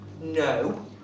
no